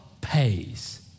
pays